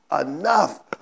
enough